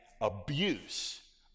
abuse